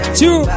two